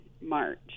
March